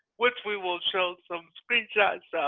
which we will show some screenshots